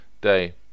day